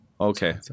Okay